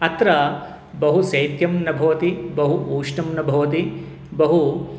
अत्र बहु शैत्यं न भवति बहु उष्णं न भवति बहु